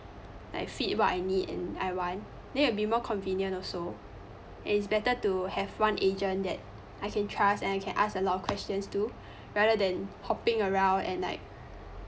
like fit what I need and I want then it will be more convenient also and is better to have one agent that I can trust and I can ask a lot of questions to rather than hopping around and like